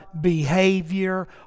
behavior